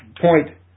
point